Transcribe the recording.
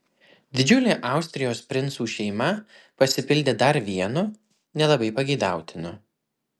didžiulė austrijos princų šeima pasipildė dar vienu nelabai pageidautinu